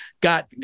got